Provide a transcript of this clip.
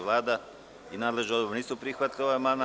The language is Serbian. Vlada i nadležni odbor nisu prihvatili amandman.